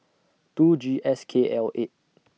two G S K L eight